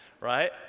Right